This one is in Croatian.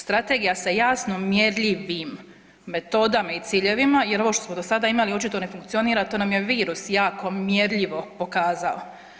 Strategija sa jasno mjerljivim metodama i ciljevima, jer ovo što smo do sada imali očito ne funkcionira, to nam je virus jako mjerljivo pokazao.